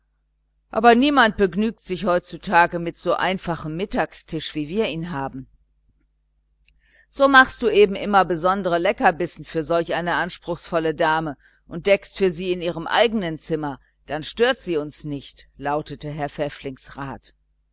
aber niemand begnügt sich heutzutage mit so einfachem mittagstisch wie wir ihn haben so machst du eben immer besondere leckerbissen für solch eine anspruchsvolle dame und deckst für sie in ihrem eigenen zimmer dann stört sie uns nicht lautete herrn pfäfflings rat